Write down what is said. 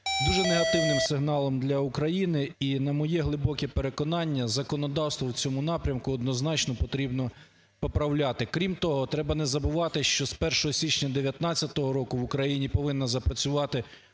дуже негативним сигналом для України. І на моє глибоке переконання, законодавство в цьому напрямку однозначно потрібно поправляти. Крім того, треба не забувати, що з 1 січня 19-го року в Україні повинна запрацювати